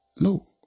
No